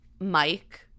Mike